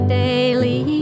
daily